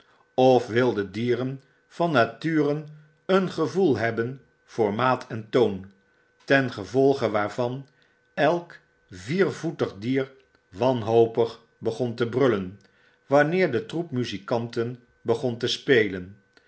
of wilde dieren van nature een gevoel hebben voor maat en toon ten gevolge waarvan elk viervoetig dier wanhopig begon te brullen wanneer de troep muzikanten begon te spelen